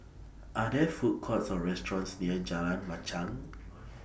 Are There Food Courts Or restaurants near Jalan Machang